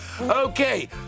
Okay